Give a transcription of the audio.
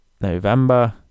November